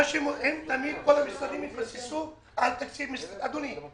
כל המשרדים התבססו על תקציב אדוני,